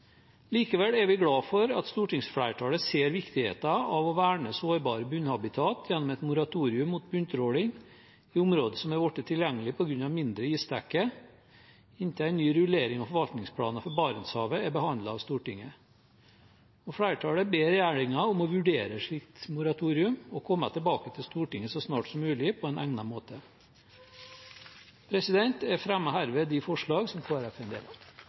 Likevel er vi glade for at stortingsflertallet ser viktigheten av å verne sårbare bunnhabitater gjennom et moratorium mot bunntråling i områder som har blitt gjort tilgjengelige på grunn av mindre isdekke, inntil en ny rullering av forvaltningsplan for Barentshavet er behandlet av Stortinget. Flertallet ber regjeringen om å vurdere et slikt moratorium og komme tilbake til Stortinget så snart som mulig på en egnet måte. Jeg fremmer herved de forslagene som Kristelig Folkeparti er en del av.